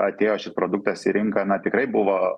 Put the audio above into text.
atėjo šis produktas į rinką na tikrai buvo